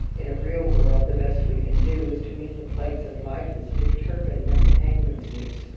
in a real world, the best we can do is to meet the plagues of life as dick turpin met the hangman's noose,